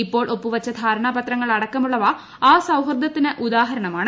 ഇപ്പോൾ ഒപ്പുവച്ച ധാരണാപത്രങ്ങൾ അടക്കമുള്ളവ ആ സൌഹൃദത്തിന് ഉദാഹരണമാണ്